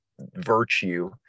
virtue